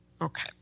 okay